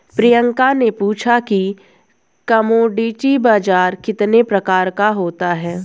प्रियंका ने पूछा कि कमोडिटी बाजार कितने प्रकार का होता है?